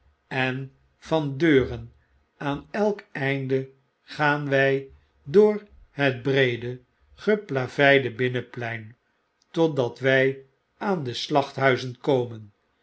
en van deuren aan elk einde gaan wy door het breede geplaveidebinnenpleintotdat wy aan de slachtnuizen komen